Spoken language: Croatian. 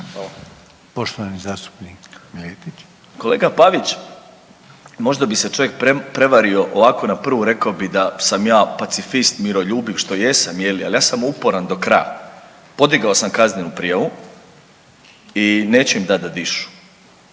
Marin (MOST)** Kolega Pavić možda bi se čovjek prevario, ovako na prvu rekao bi da sam ja pacifist, miroljubiv što jesam je li, ali ja sam uporan do kraja. Podigao sam kaznenu prijavu i neću im dati da dišu.